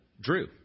Drew